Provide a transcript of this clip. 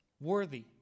worthy